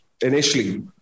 initially